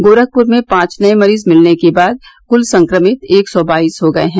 गोरखपुर में पांच नए मरीज मिलने के बाद कुल संक्रमित एक सौ बाईस हो गए हैं